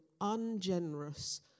ungenerous